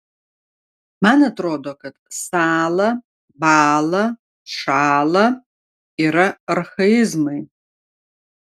man atrodo kad sąla bąla šąla yra archaizmai